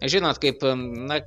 žinot kaip na